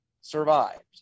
survived